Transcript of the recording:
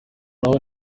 naho